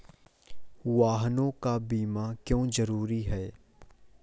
वाहनों का बीमा क्यो जरूरी है?